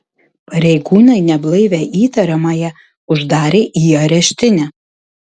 pareigūnai neblaivią įtariamąją uždarė į areštinę